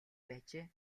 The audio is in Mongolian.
байжээ